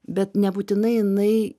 bet nebūtinai jinai